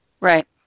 Right